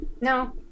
No